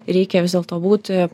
reikia vis dėlto būti